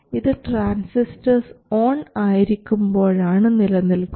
ഇത് transistors on ആയിരിക്കുമ്പോഴാണ് നിലനിൽക്കുന്നത്